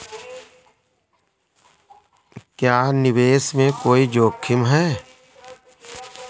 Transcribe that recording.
क्या निवेश में कोई जोखिम है?